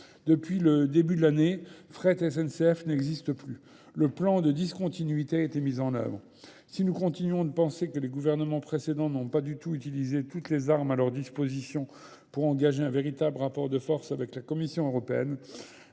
Depuis le début de l'année, fret SNCF n'existe plus. Le plan de discontinuité a été mis en œuvre. Si nous continuons de penser que les gouvernements précédents n'ont pas du tout utilisé toutes les armes à leur disposition pour engager un véritable rapport de force avec la Commission européenne,